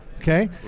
Okay